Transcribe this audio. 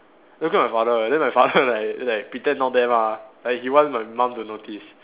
looking at my father right then my father is like is like pretend not there lah like he want my mum to notice